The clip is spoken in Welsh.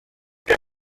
gen